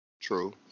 True